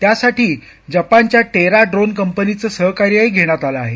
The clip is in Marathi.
त्यासाठी जपानच्या टेरा ड्रोन कंपनीचं सहकार्य घेण्यात आलं आहे